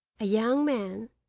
a young man,